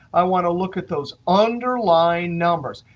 i want to look at those underlying numbers.